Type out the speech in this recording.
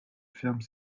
ferme